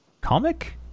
comic